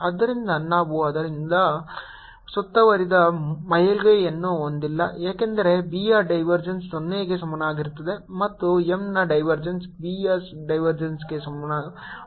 ಆದ್ದರಿಂದ ನಾವು ಅದರೊಂದಿಗೆ ಸುತ್ತುವರಿದ ಮೇಲ್ಮೈಯನ್ನು ಹೊಂದಿಲ್ಲ ಏಕೆಂದರೆ B ಯ ಡೈವರ್ಜೆನ್ಸ್ 0 ಗೆ ಸಮಾನವಾಗಿರುತ್ತದೆ ಮತ್ತು M ನ ಡೈವರ್ಜೆನ್ಸ್ B ಯ ಡೈವರ್ಜೆನ್ಸ್ಗೆ ಅನುಪಾತದಲ್ಲಿರುತ್ತದೆ